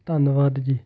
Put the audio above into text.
ਧੰਨਵਾਦ ਜੀ